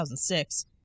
2006